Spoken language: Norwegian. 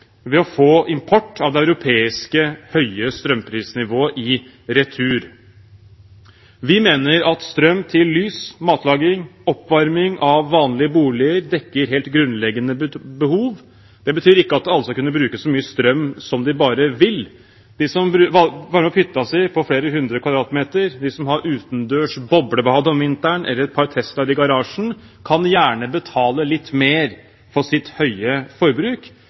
ved å få import av det europeiske høye strømprisnivået i retur. Vi mener at strøm til lys, matlaging og oppvarming av vanlige boliger dekker helt grunnleggende behov. Det betyr ikke at alle skal kunne bruke så mye strøm som de bare vil. De som varmer opp hytta si på flere hundre kvadratmeter, de som har utendørs boblebad om vinteren eller et par Tesla-er i garasjen, kan gjerne betale litt mer for sitt høye forbruk.